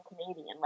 Canadian